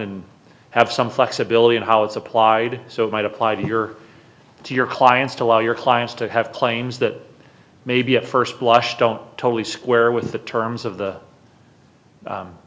and have some flexibility in how it's applied so it might apply to your to your clients to allow your clients to have claims that maybe at st blush don't totally square with the terms of the